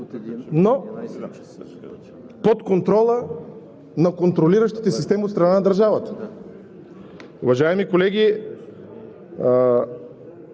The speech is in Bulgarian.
но под контрола на контролиращите системи от страна на държавата. Уважаеми колеги,